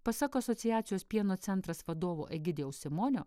pasak asociacijos pieno centras vadovo egidijaus simonio